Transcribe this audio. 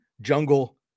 Jungle